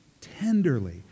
tenderly